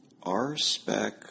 RSpec